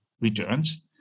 returns